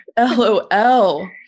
LOL